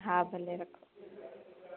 हा भले रखो